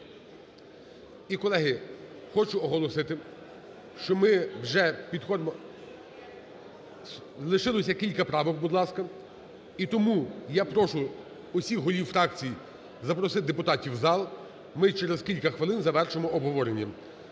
І, колеги, хочу оголосити, що ми вже підходимо… лишилося кілька правок. Будь ласка, і тому я прошу усіх голів фракцій запросити депутатів у зал ми через кілька хвилин завершуємо обговорення.